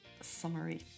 summary